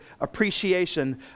appreciation